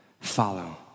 follow